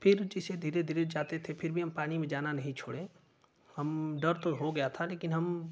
फिर जैसे धीरे धीरे जाते थे फिर भी हम पानी में जाना नहीं छोड़े हम डर तो हो गया था लेकिन हम